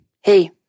hey